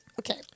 okay